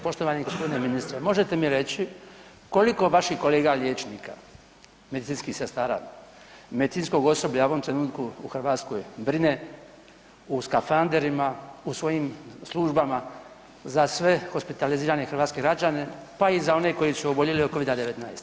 Poštovani gospodine ministre, možete mi reći koliko vaših kolega liječnika, medicinskih sestara, medicinskog osoblja u ovom trenutku u Hrvatskoj brine u skafanderima, u svojim službama za sve hospitalizirane hrvatske građane pa i za one koji su oboljeli od Covida-19?